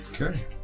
Okay